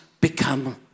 become